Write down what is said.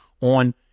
on